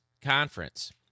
conference